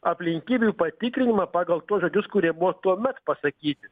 aplinkybių patikrinimą pagal tuos žodžius kurie buvo tuomet pasakyti